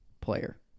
player